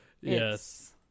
Yes